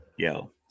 yo